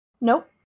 Nope